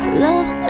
love